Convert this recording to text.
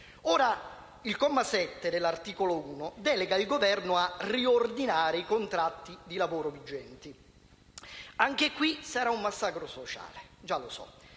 Ora, il comma 7 dell'articolo 1 delega il Governo a riordinare i contratti di lavoro vigenti. Anche qui sarà un massacro sociale, e già lo so.